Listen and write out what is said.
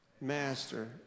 Master